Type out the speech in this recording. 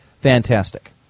fantastic